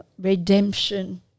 redemption